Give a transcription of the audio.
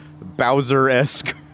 Bowser-esque